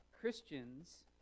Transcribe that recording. Christians